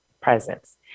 presence